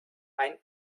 ein